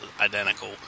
identical